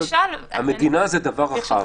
המדינה זה דבר רחב.